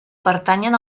pertanyen